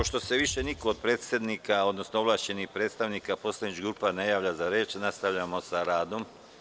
Pošto se više niko od predsednika, odnosno ovlašćenih predstavnika poslaničkih grupa ne javlja za reč, nastavljamo sa radom.